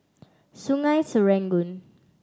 Sungei Serangoon